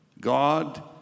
God